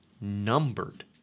numbered